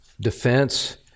defense